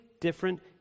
different